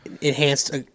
enhanced